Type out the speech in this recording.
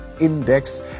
Index